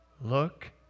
look